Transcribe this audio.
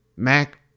Mac